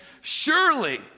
surely